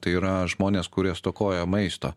tai yra žmonės kurie stokoja maisto